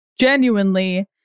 genuinely